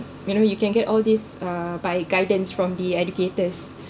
you know you can get all these uh by guidance from the educators